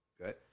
okay